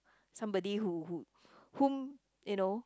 somebody who who whom you know